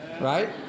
right